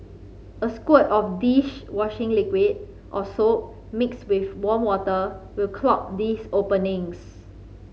a squirt of dish washing liquid or soap mixed with warm water will clog these openings